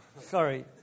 Sorry